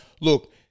Look